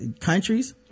countries